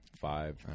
Five